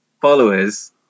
followers